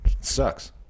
Sucks